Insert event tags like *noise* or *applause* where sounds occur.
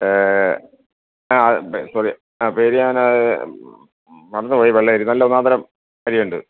ആ *unintelligible* ആ പേര് ഞാൻ മറന്നുപോയി വെള്ളയരി നല്ല ഒന്നാന്തരം അരിയുണ്ട്